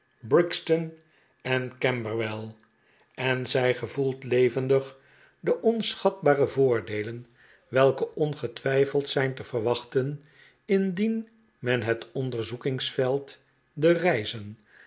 brixton en camberwell en zij gevoelt levendig de onschatbare voordeelen welke ongetwijfeld zijn te verwachten indien men het onderzoekingsveld de reizen